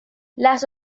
las